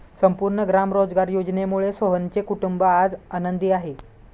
संपूर्ण ग्राम रोजगार योजनेमुळे सोहनचे कुटुंब आज आनंदी आहे